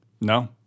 No